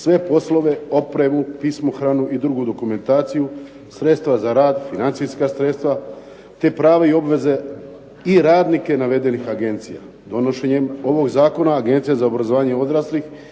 sve poslove, opremu, pismohranu i drugu dokumentaciju, sredstva za rad, financijska sredstva te prava i obveze i radnike navedenih agencija. Donošenjem ovog zakona Agencija za obrazovanje odraslih